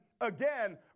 again